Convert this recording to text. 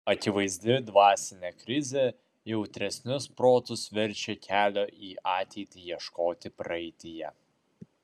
akivaizdi dvasinė krizė jautresnius protus verčia kelio į ateitį ieškoti praeityje